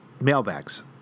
mailbags